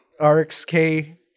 RXK